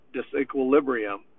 disequilibrium